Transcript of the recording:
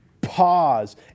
pause